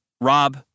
Rob